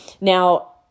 Now